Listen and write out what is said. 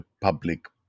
public